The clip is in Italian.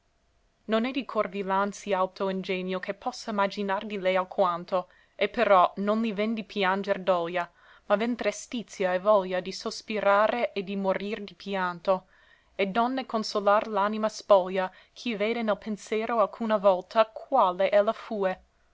non è di cor villan sì alto ingegno che possa imaginar di lei alquanto e però non mi vendi pianger doglia ma ven trestizia e voglia di sospirare e di morir di pianto e d'onne consolar l'anima spoglia chi vede nel pensero alcuna volta quale ella fue